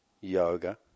yoga